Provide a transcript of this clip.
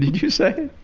did you say?